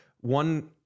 one